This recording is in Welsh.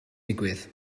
digwydd